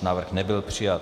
Návrh nebyl přijat.